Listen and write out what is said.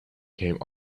came